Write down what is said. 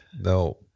No